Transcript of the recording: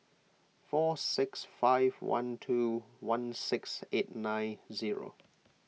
four six five one two one six eight nine zero